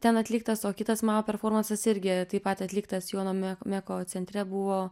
ten atliktas o kitas mano performansas irgi taip pat atliktas jono meko centre buvo